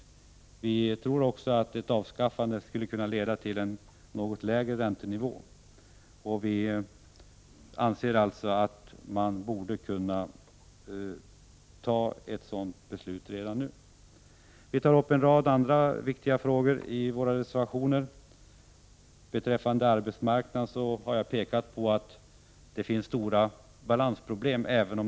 Dessutom tror vi att ett avskaffande av valutaregleringen skulle kunna leda till en något lägre räntenivå. Vi anser alltså att man borde kunna fatta ett sådant beslut redan nu. Vi tar från centerns sida upp en rad andra viktiga frågor i våra reservationer. Beträffande arbetsmarknaden har jag pekat på att det finns stora balansproblem.